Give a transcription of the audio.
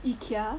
Ikea